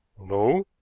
no.